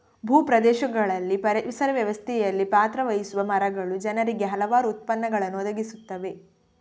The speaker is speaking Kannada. ಭೂ ಪ್ರದೇಶಗಳಲ್ಲಿ ಪರಿಸರ ವ್ಯವಸ್ಥೆಯಲ್ಲಿ ಪಾತ್ರ ವಹಿಸುವ ಮರಗಳು ಜನರಿಗೆ ಹಲವಾರು ಉತ್ಪನ್ನಗಳನ್ನು ಒದಗಿಸುತ್ತವೆ